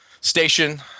Station